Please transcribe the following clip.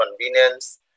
convenience